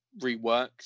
reworked